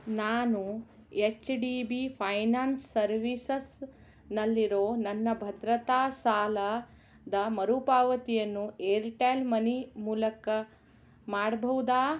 ನಾನು H D B finance ಸರ್ವಿಸಸ್ನಲ್ಲಿರೋ ನನ್ನ ಭದ್ರತಾ ಸಾಲದ ಮರುಪಾವತಿಯನ್ನು ಏರ್ಟೆಲ್ ಮನಿ ಮೂಲಕ ಮಾಡಬಹುದಾ